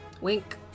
Wink